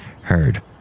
heard